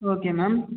okay ma'am